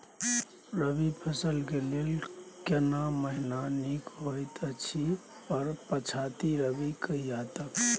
रबी फसल के लेल केना महीना नीक होयत अछि आर पछाति रबी कहिया तक?